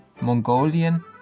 Mongolian